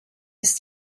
ist